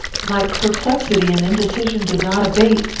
my perplexity and indecision did not abate,